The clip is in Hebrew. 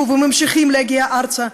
הגיעו וממשיכים להגיע ארצה,